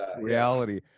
reality